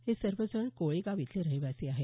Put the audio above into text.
हे सर्वजण कोळेगाव इथले रहिवासी आहेत